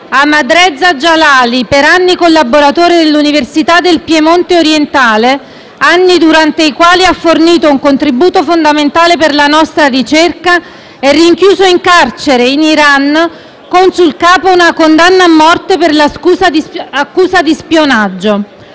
Ahmadreza Djalali, per anni collaboratore dell'Università del Piemonte Orientale (anni durante i quali ha fornito un contributo fondamentale per la nostra ricerca), è rinchiuso in carcere in Iran con sul capo una condanna a morte per l'accusa di spionaggio.